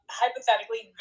hypothetically